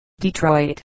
Detroit